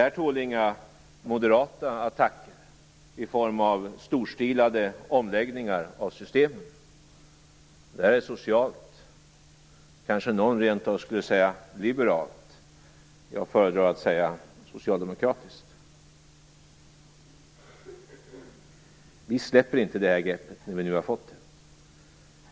Det tål inga moderata attacker i form av storstilade omläggningar av systemet. Det där är socialt, kanske någon rent av skulle säga liberalt. Jag föredrar att säga socialdemokratiskt. Vi släpper inte greppet, när vi nu har fått det.